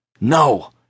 No